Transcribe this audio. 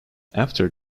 after